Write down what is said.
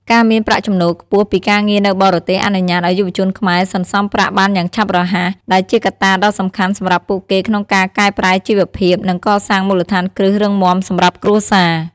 ការមានប្រាក់ចំណូលខ្ពស់ពីការងារនៅបរទេសអនុញ្ញាតឱ្យយុវជនខ្មែរសន្សំប្រាក់បានយ៉ាងឆាប់រហ័ស ដែលជាកត្តាដ៏សំខាន់សម្រាប់ពួកគេក្នុងការកែប្រែជីវភាព និងកសាងមូលដ្ឋានគ្រឹះរឹងមាំសម្រាប់គ្រួសារ។